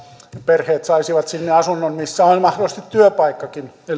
perheet saisivat asunnon sinne missä on mahdollisesti työpaikkakin eli